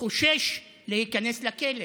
חושש להיכנס לכלא,